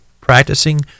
Practicing